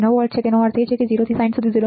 9 volt છેતેનો અર્થ એ છે કે 0 થી 60 સુધી 0